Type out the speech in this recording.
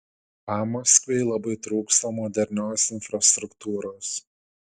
pamaskviui labai trūksta modernios infrastruktūros